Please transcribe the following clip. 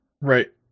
Right